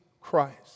Christ